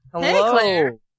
Hello